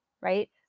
right